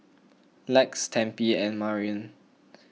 Lex Tempie and Marian